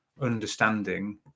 understanding